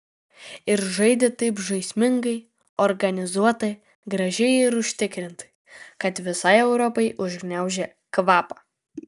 ir žaidė taip žaismingai organizuotai gražiai ir užtikrintai kad visai europai užgniaužė kvapą